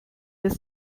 des